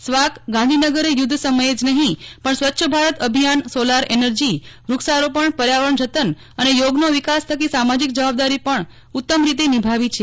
સ્વાક ગાંધીનગરે યુદ્ધ સમયે જ નહી પણ સ્વચ્છ ભારત અભિયાનસોલાર એનર્જી વૃક્ષારોપણ પર્યાવરણ જતન અને યોગનો વિકાસ થકી સામાજિક જવાબદારી પણ ઉત્તમ રીતે નિભાવી છે